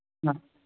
हा